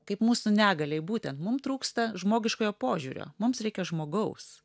kaip mūsų negaliai būtent mum trūksta žmogiškojo požiūrio mums reikia žmogaus